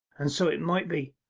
and so it might be.